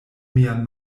mian